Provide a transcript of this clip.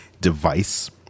device